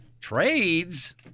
Trades